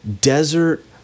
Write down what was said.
desert